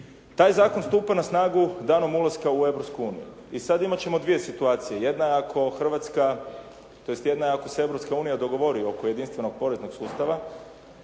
Taj zakon stupa na snagu danom ulaska u Europsku uniju. I sad imat ćemo dvije situacije. Jedna je ako se Europska unija dogovori oko jedinstvenog poreznog sustava,